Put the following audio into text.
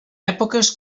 èpoques